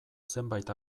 zenbait